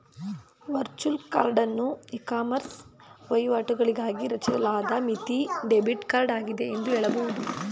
virtual ಕಾರ್ಡನ್ನು ecommerce ವಹಿವಾಟುಗಳಿಗಾಗಿ ರಚಿಸಲಾದ ಮಿತಿ ಡೆಬಿಟ್ ಕಾರ್ಡ್ ಆಗಿದೆ ಎಂದು ಹೇಳಬಹುದು